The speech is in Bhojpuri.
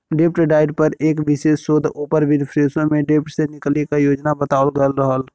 डेब्ट डाइट पर एक विशेष शोध ओपर विनफ्रेशो में डेब्ट से निकले क योजना बतावल गयल रहल